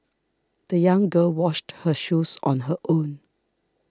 the young girl washed her shoes on her own